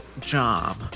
job